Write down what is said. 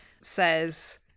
says